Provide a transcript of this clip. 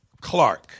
Clark